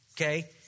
okay